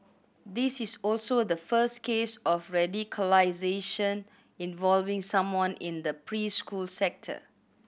this is also the first case of radicalisation involving someone in the preschool sector